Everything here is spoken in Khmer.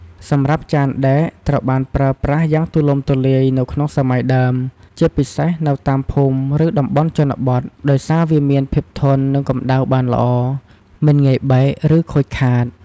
សម្រាប់ចានដែក ត្រូវបានប្រើប្រាស់យ៉ាងទូលំទូលាយនៅក្នុងសម័យដើម ជាពិសេសនៅតាមភូមិ ឬតំបន់ជនបទ ដោយសារវាមានភាពធន់នឹងកម្ដៅបានល្អ មិនងាយបែក ឬខូចខាត។